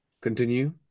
Continue